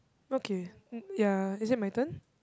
okay ya is it my turn